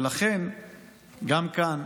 ולכן גם כאן